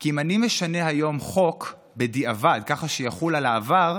כי אם אני משנה היום חוק בדיעבד ככה שיחול על העבר,